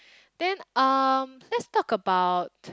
then um let's talk about